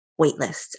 waitlist